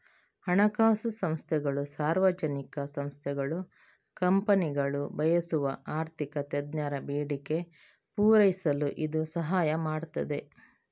ಹಣಕಾಸು ಸಂಸ್ಥೆಗಳು, ಸಾರ್ವಜನಿಕ ಸಂಸ್ಥೆಗಳು, ಕಂಪನಿಗಳು ಬಯಸುವ ಆರ್ಥಿಕ ತಜ್ಞರ ಬೇಡಿಕೆ ಪೂರೈಸಲು ಇದು ಸಹಾಯ ಮಾಡ್ತದೆ